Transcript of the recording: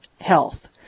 health